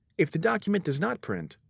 if the document does not print,